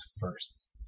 first